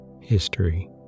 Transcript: History